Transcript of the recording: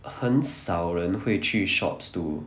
很少人会去 shops to